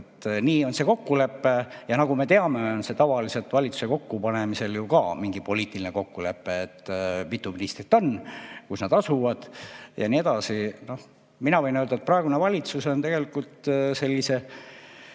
Nii on see kokkulepe. Nagu me teame, on see tavaliselt valitsuse kokkupanemisel ju ka mingi poliitiline kokkulepe, mitu ministrit on, kus nad asuvad jne. Mina võin öelda, et praegune valitsus on sellise